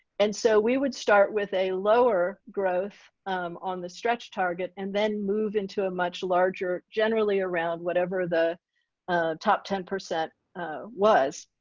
and so we would start with a lower growth on the stretch target. and then move into a much larger generally around whatever the top ten percent was.